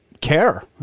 care